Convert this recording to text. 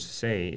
say